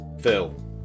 Phil